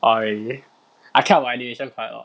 orh really I care about animation quite a lot